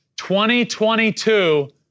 2022